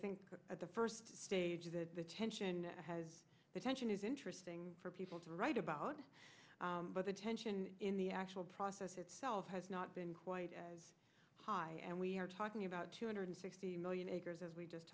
think at the first stage of the tension has the tension is interesting for people to write about but the tension in the actual process itself has not been quite as high and we are talking about two hundred sixty million acres as we just